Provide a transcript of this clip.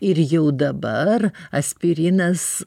ir jau dabar aspirinas